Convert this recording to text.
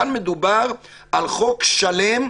כאן מדובר על חוק שלם,